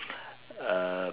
uh